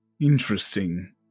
interesting